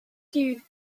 due